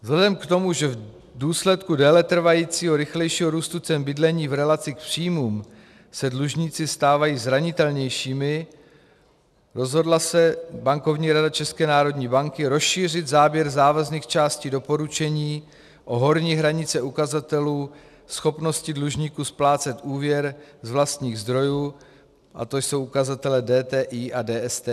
Vzhledem k tomu, že v důsledku déletrvajícího rychlejšího růstu cen bydlení v relaci k příjmům se dlužníci stávají zranitelnějšími, rozhodla se Bankovní rada České národní banky rozšířit záběr závazných částí doporučení o horní hranice ukazatelů schopnosti dlužníků splácet úvěr z vlastních zdrojů, a to jsou ukazatele DTI a DSTI.